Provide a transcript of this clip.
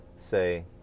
say